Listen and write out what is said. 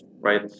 right